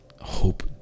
hope